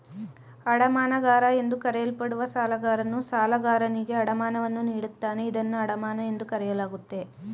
ಅಡಮಾನಗಾರ ಎಂದು ಕರೆಯಲ್ಪಡುವ ಸಾಲಗಾರನು ಸಾಲಗಾರನಿಗೆ ಅಡಮಾನವನ್ನು ನೀಡುತ್ತಾನೆ ಇದನ್ನ ಅಡಮಾನ ಎಂದು ಕರೆಯಲಾಗುತ್ತೆ